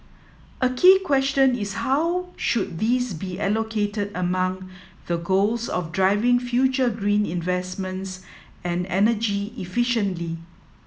a key question is how should these be allocated among the goals of driving further green investments and energy efficiency